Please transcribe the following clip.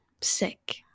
sick